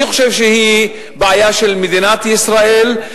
אני חושב שהיא בעיה של מדינת ישראל,